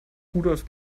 rudolf